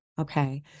Okay